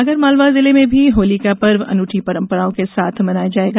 आगरमालवा जिले में भी होली का पर्व अनूठी परम्पराओं के साथ मनाया जाएगा